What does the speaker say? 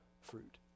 fruit